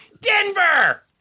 Denver